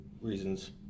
reasons